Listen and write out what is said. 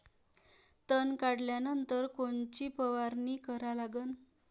तन काढल्यानंतर कोनची फवारणी करा लागन?